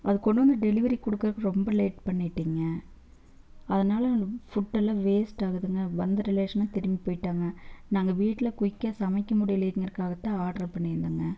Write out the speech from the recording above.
அது கொண்டு வந்து டெலிவரி கொடுக்கறக்கு ரெம்ப லேட் பண்ணிவிட்டிங்க அதனால அந்த ஃபுட்டெல்லாம் வேஸ்ட் ஆகுதுங்க வந்த ரிலேஷனும் திரும்பி போய்விட்டாங்க நாங்கள் வீட்டில் குயிக்காக சமைக்க முடியலேங்கிறக்காக தான் ஆட்ரு பண்ணியிருந்தோங்க